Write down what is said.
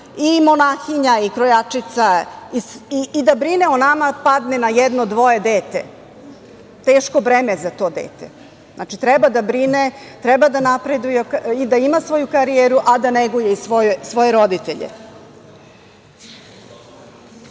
i monahinja i krojačica i da brine o nama padne na jedno ili dvoje dece. Teško breme za to dete. Znači, treba da napreduje, da ima svoju karijeru, a da neguje i svoje roditelje. Postoje,